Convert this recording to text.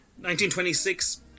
1926